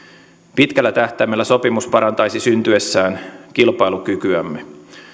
pitkällä tähtäimellä sopimus syntyessään parantaisi kilpailukykyämme